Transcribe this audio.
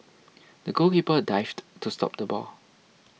the goalkeeper dived to stop the ball